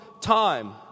time